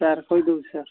sir କହିଦେଉଛି sir